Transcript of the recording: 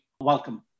Welcome